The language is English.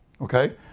Okay